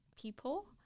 people